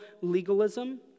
legalism